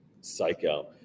psycho